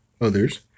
others